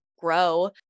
grow